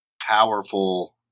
powerful